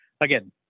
again